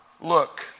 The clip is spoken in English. look